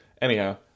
anyhow